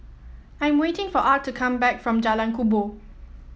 I am waiting for Art to come back from Jalan Kubor